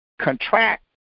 contract